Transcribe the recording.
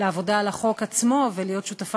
לעבודה על החוק עצמו ולהיות שותפה